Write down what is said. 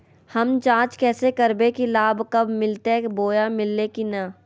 हम जांच कैसे करबे की लाभ कब मिलते बोया मिल्ले की न?